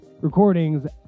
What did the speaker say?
recordings